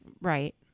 Right